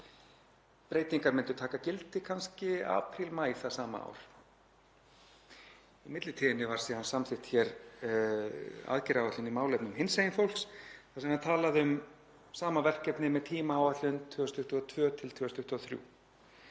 breytingar myndu taka gildi kannski í apríl, maí það sama ár. Í millitíðinni var síðan samþykkt hér aðgerðaáætlun í málefnum hinsegin fólks þar sem var talað um sama verkefnið með tímaáætlun 2022–2023.